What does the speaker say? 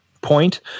point